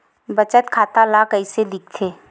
बचत खाता ला कइसे दिखथे?